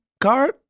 card